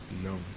No